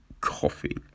coffee